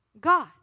God